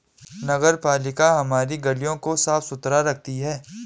नगरपालिका हमारी गलियों को साफ़ सुथरा रखती है